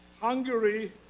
Hungary